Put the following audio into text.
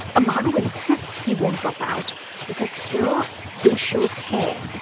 amaru insists he won't drop out because here they show care